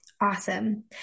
Awesome